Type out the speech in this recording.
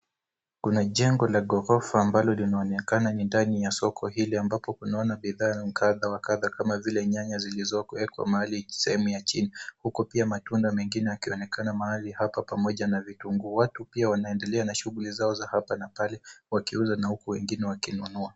Kuna jengo la ghorofa ambalo linaonekana ni ndani ya soko hili ambapo tunaona bidhaa kadha wa kadha kama vile nyanya zilizowekwa mahali sehemu ya chini. Kuko pia matunda mengine yakionekana mahali hapa pamoja na vitunguu. Watu pia wanaendelea na shughuli zao za hapa na pale wengine wakiuza na wengine wakinunua.